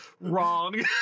Wrong